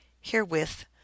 herewith